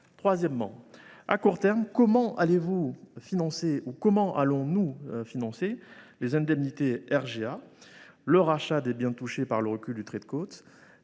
Troisièmement, à court terme, comment allons nous financer, selon vous, les indemnités RGA, le rachat des biens touchés par le recul du trait